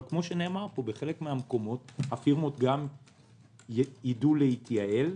אבל כמו שנאמר פה בחלק מהמקומות הפירמות גם יידעו להתייעל,